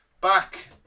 back